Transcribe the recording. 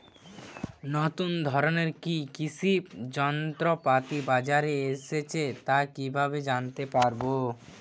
নতুন ধরনের কি কি কৃষি যন্ত্রপাতি বাজারে এসেছে তা কিভাবে জানতেপারব?